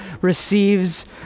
receives